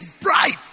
bright